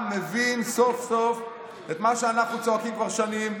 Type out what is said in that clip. מבין סוף-סוף את מה שאנחנו צועקים כבר שנים,